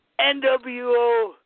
NWO